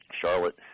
Charlotte